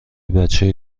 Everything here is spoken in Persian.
بچه